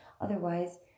otherwise